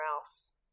else